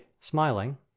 smiling